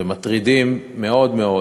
ומטרידים מאוד מאוד